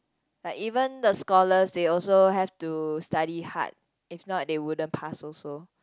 like even the scholar they also have to study hard if not they wouldn't pass also